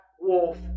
wolf